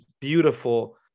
beautiful